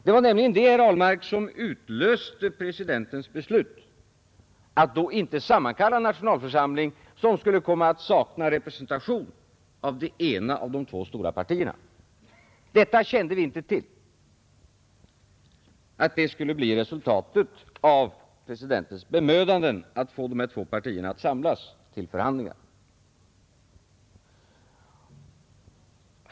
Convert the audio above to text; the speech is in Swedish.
Det var nämligen det, herr Ahlmark, som utlöste presidentens beslut att då inte sammankalla nationalförsamlingen som skulle ha kommit att sakna representation av det ena av de två stora partierna. Vi kände inte till att detta skulle bli resultatet av presidentens bemödanden att få dessa två partier att samlas till förhandlingar.